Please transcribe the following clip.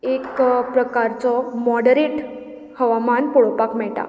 एक प्रकारचो मॉडरेट हवामान पळोवपाक मेळटा